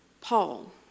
Paul